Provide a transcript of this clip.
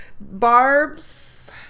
barbs